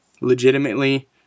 legitimately